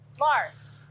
Lars